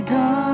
God